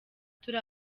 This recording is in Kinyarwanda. turi